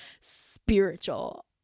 spiritual